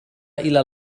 إلى